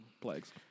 plagues